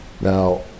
Now